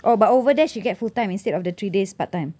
oh but over there she get full time instead of the three days part time